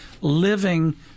living